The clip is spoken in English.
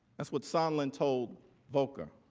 that's what sondland told volker.